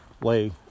lay